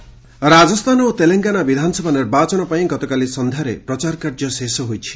campaigning Rajasthan ଓ ତେଲଙ୍ଗନା ବିଧାନସଭା ନିର୍ବାଚନ ପାଇଁ ଗତକାଲି ସନ୍ଧ୍ୟାରେ ପ୍ରଚାର କାର୍ଯ୍ୟ ଶେଷ ହୋଇଛି